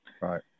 Right